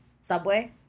Subway